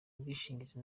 bwishingizi